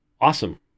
awesome